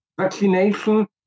vaccination